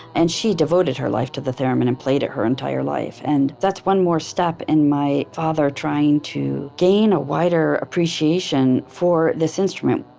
and she devoted her life to the theremin and played it her entire life. and that's one more step in my father trying to gain a wider appreciation for this instrument,